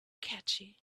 catchy